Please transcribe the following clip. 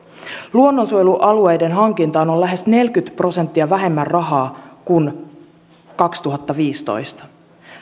luonnonsuojelualueiden hankintaan on lähes neljäkymmentä prosenttia vähemmän rahaa kuin vuonna kaksituhattaviisitoista